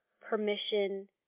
permission